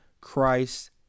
Christ